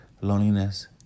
loneliness